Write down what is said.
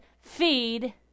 Feed